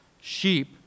sheep